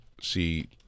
see